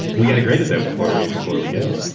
we got to grade it, though, before we before we go.